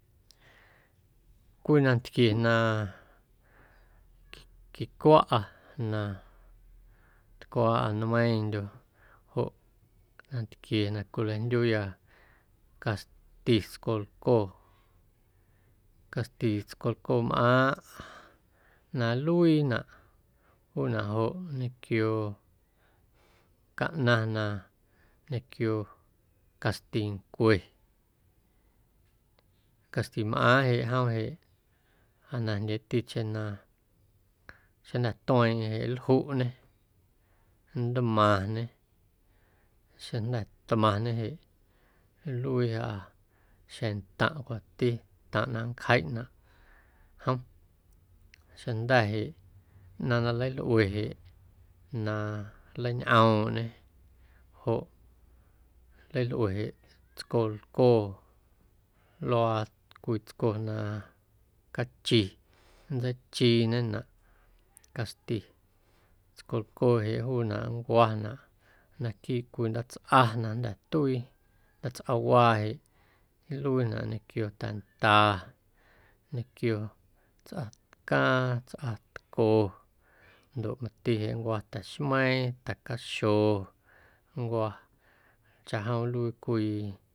Cwii nantquie na quicwaꞌa na tycwaaꞌa nmeiiⁿndyo̱ joꞌ nantquie na cwilajndyuuyâ caxti tscolcoo, caxti tscolcoo mꞌaaⁿꞌ na nluiinaꞌ juunaꞌ joꞌ ñequio caꞌnaⁿ na ñequio caxtincue, caxtimꞌaaⁿꞌ jeꞌ jom jeꞌ aa najndyeeticheⁿ na xeⁿjnda̱ tueeⁿꞌeⁿ, nljuꞌñe, ntmaⁿñe, xeⁿjnda̱ tmaⁿñe jeꞌ nluiiꞌa xjeⁿntaⁿꞌ cwanti ntaⁿꞌ na nncjeiꞌnaꞌ jom xeⁿjnda̱ jeꞌ ꞌnaⁿ na nlalꞌue jeꞌ na nleiñꞌoomꞌñe joꞌ nleilꞌue jeꞌ tscolcoo luaa cwii tsco na cachi, nntseichiiñenaꞌ caxti tscolcoo jeꞌ juunaꞌ nncwanaꞌ naquiiꞌ cwii ndaatsꞌa na jnda̱ tuii ndaatsꞌawaa jeꞌ nluiinaꞌ ñequio ta̱nda ñequio tsꞌatcaaⁿ, tsꞌatco ndoꞌ mati jeꞌ nncwo ta̱xmeiiⁿ, ta̱caxo nncwa chaꞌjom nluii cwii.